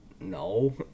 No